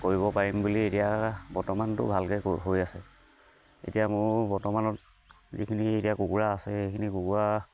কৰিব পাৰিম বুলি এতিয়া বৰ্তমানটো ভালকে হৈ আছে এতিয়া মোৰ বৰ্তমানত যিখিনি এতিয়া কুকুৰা আছে সেইখিনি কুকুৰা